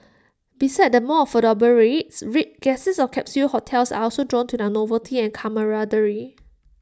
besides the more affordable rates rate guests of capsule hotels are also drawn to their novelty and camaraderie